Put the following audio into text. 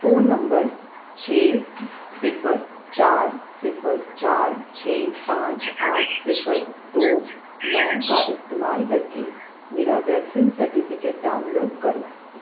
phone number چھ صفر چار صفر چار چھ پانچ آٹھ صفر دو نو کا استعمال کر کے میرا ویکسین سرٹیفکیٹ ڈاؤن لوڈ کرو